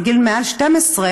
מגיל מעל 12,